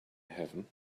heaven